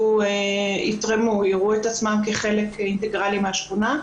ויתרמו ויראו את עצמם כחלק אינטגרלי מהשכונה,